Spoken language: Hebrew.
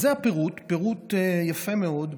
זה הפירוט, פירוט יפה מאוד.